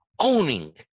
Owning